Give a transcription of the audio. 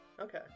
Okay